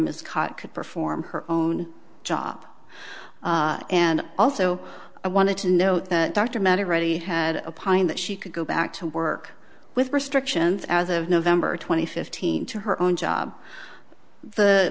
could perform her own job and also i wanted to know that dr matter ready had a pine that she could go back to work with restrictions as of november twenty fifth teen to her own job the